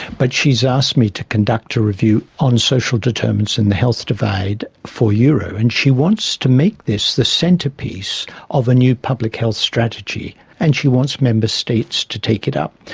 but she's asked me to conduct a review on social determinants in the health divide for euro and she wants to make this the centrepiece of a new public health strategy and she wants member states to take it up.